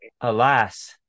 Alas